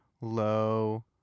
low